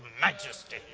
majesty